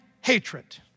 hatred